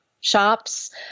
shops